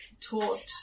taught